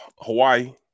Hawaii